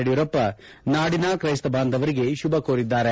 ಯಡಿಯೂರಪ್ಪ ನಾಡಿನ ಕ್ರೈಸ್ತ ಬಾಂಧವರಿಗೆ ಶುಭ ಕೋರಿದ್ದಾರೆ